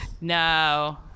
No